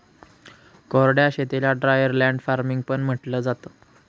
कोरड्या शेतीला dryer land farming पण म्हंटलं जातं